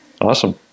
Awesome